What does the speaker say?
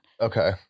Okay